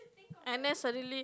and then suddenly